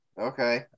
Okay